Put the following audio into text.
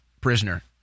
prisoner